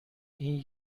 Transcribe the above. این